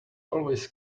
always